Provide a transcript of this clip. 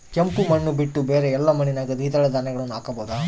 ಕೆಂಪು ಮಣ್ಣು ಬಿಟ್ಟು ಬೇರೆ ಎಲ್ಲಾ ಮಣ್ಣಿನಾಗ ದ್ವಿದಳ ಧಾನ್ಯಗಳನ್ನ ಹಾಕಬಹುದಾ?